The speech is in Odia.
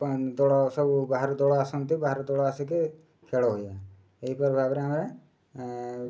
ଦୋଳ ସବୁ ବାହାରୁ ଦୋଳ ଆସନ୍ତି ବାହାରୁ ଦୋଳ ଆସିକି ଖେଳ ହୁଏ ଏହିପରି ଭାବରେ ଆମେ